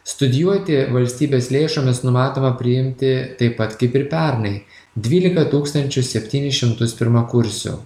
studijuoti valstybės lėšomis numatoma priimti taip pat kaip ir pernai dvylika tūkstančių septynis šimtus pirmakursių